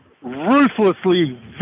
ruthlessly